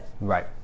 right